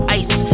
ice